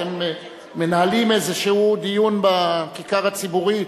אתם מנהלים איזה דיון בכיכר הציבורית.